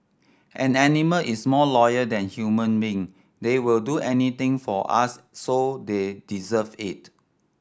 an animal is more loyal than human being they will do anything for us so they deserve it